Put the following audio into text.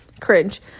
cringe